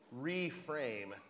reframe